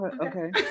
Okay